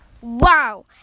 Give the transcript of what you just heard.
Wow